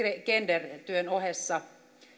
gender työn ohessa